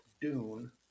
Dune